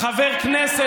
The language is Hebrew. זאת לא הסתה.